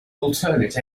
alternate